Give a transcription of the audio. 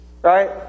Right